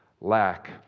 lack